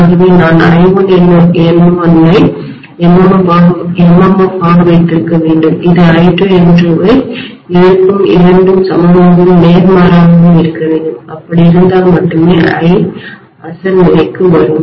ஆகவே நான் I1 N1 ஐ MMF ஆக வைத்திருக்க வேண்டும் இது I2 N2 ஐ எதிர்க்கும் இரண்டும் சமமாகவும் நேர்மாறாகவும் இருக்க வேண்டும் அப்படி இருந்தால் மட்டுமே I அசல் நிலைக்கு வரும்